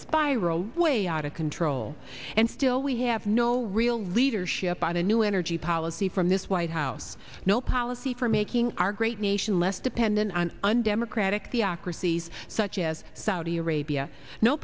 spiral way out of control and still we have no real leadership on a new energy policy from this white house no policy for making our great nation less dependent on undemocratic the accuracies such as saudi arabia no